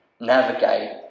navigate